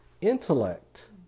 intellect